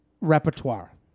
repertoire